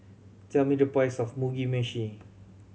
tell me the price of Mugi Meshi